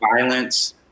violence